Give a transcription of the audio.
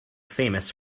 famous